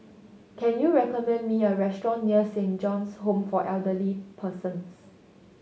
can you recommend me a restaurant near Saint John's Home for Elderly Persons